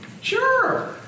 Sure